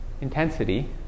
intensity